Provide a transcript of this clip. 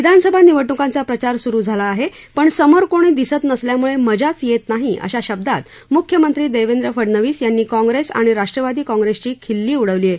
विधानसभा निवडणुकांचा प्रचार सुरु झाला आहे पण समोर कोणी दिसत नसल्यामुळे मजाच येत नाही अशा शब्दात मुख्यमंत्री देवेंद्र फडणवीस यांनी काँग्रेस आणि राष्ट्रवादी काँग्रेसची खिल्ली उडवली आहे